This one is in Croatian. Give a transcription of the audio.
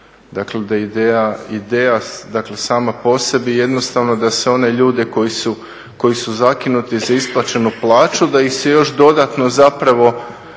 dobra, dakle ideja sama po sebi jednostavno da se one ljude koji su zakinuti za isplaćenu plaću da ih se još dodatno zapravo